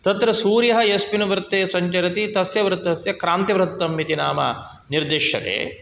तत्र सूर्यः यस्मिन् वृत्ते सञ्चरति तस्य वृत्तस्य क्रान्तिवृत्तम् इति नाम निर्दिश्यते